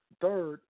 Third